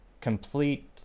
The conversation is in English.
complete